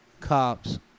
cops